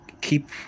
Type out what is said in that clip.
keep